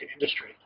industry